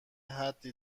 حدی